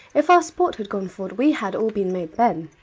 if our sport had gone forward, we had all been made men.